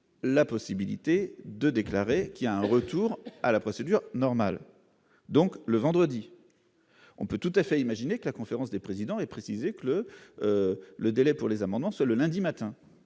La possibilité de déclarer qu'il y a un retour à la procédure normale, donc le vendredi, on peut tout à fait imaginer que la conférence des présidents et précisé que le le délai pour les amendements sur le lundi matin,